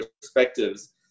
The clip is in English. perspectives